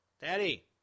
daddy